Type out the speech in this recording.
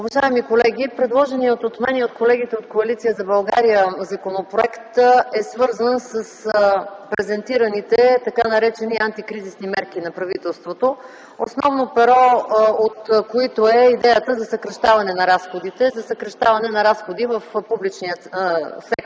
Уважаеми колеги, предложеният от мен и от колегите от Коалиция за България законопроект е свързан с презентираните тъй наречени антикризисни мерки на правителството, основно перо от които е идеята за съкращаване на разходи в публичния сектор.